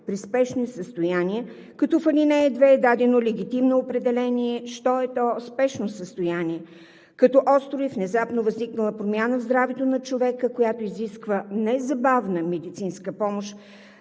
при спешни състояния, като в ал. 2 е дадено легитимно определение що е то „спешно състояние“ – като остро и внезапно възникнала промяна в здравето на човека, която изисква незабавна медицинска помощ,